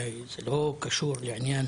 אולי זה לא קשור לעניין